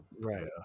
Right